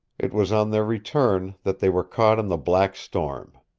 it was on their return that they were caught in the black storm.